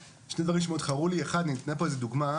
שני דברים שמאוד חרו לי כאן: דבר אחד ניתנה פה איזושהי דוגמה,